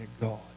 God